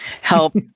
help